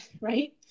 right